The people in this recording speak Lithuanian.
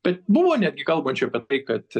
bet buvo netgi kalbančių apie tai kad